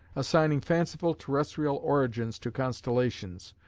assigning fanciful terrestrial origins to constellations,